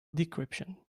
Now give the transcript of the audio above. decryption